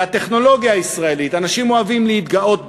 והטכנולוגיה הישראלית, אנשים אוהבים להתגאות בה.